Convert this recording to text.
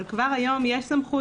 אבל כבר היום יש סמכות.